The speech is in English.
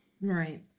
Right